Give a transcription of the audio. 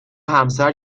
همسر